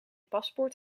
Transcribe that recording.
paspoort